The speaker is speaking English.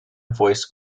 voice